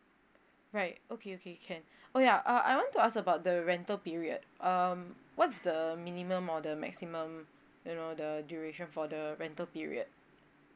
right okay okay can oh ya uh I want to ask about the rental period um what's the minimum order maximum you know the duration for the rental period